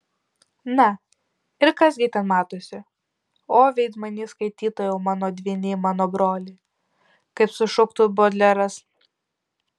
na ir kas gi ten matosi o veidmainy skaitytojau mano dvyny mano broli kaip sušuktų bodleras